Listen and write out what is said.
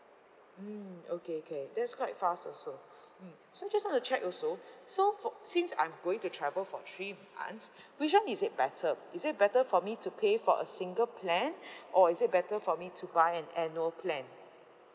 mm okay okay that's quite fast also mm so just want to check also so for since I'm going to travel for three months which one is it better is it better for me to pay for a single plan or is it better for me to buy an annual plan